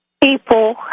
people